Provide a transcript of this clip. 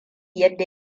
yadda